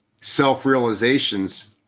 self-realizations